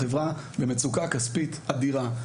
החברה במצוקה כספית אדירה.